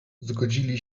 zgodzili